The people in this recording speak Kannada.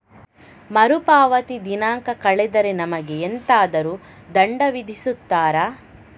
ಮರುಪಾವತಿ ದಿನಾಂಕ ಕಳೆದರೆ ನಮಗೆ ಎಂತಾದರು ದಂಡ ವಿಧಿಸುತ್ತಾರ?